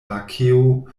lakeo